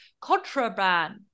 contraband